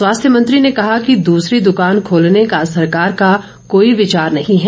स्वास्थ्य मंत्री ने कहा कि दूसरी द्वकान खोलने का सरकार का कोई विचार नही है